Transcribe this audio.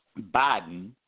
Biden